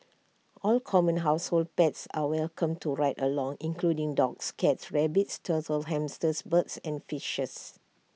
all common household pets are welcome to ride along including dogs cats rabbits turtles hamsters birds and fishes